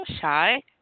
shy